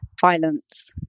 violence